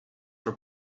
were